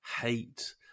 hate